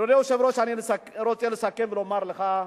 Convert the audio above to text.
אדוני היושב-ראש, אני רוצה לסכם ולומר לך,